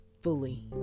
fully